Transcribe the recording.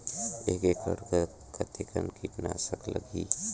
एक एकड़ कतेक किट नाशक लगही?